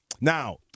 Now –